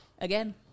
Again